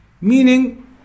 Meaning